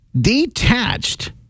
detached